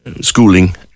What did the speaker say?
schooling